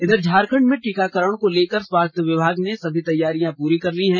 इधर झारखंड में टीकाकरण को लेकर स्वास्थ्य विभाग ने सभी तैयारियां पूरी कर ली है